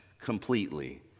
completely